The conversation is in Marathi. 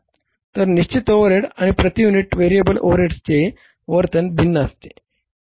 तर निश्चित ओव्हरहेड आणि प्रति युनिट व्हेरिएबल ओव्हरहेडचे वर्तन भिन्न असते